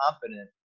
confident